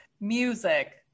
music